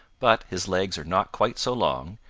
but his legs are not quite so long,